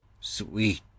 sweet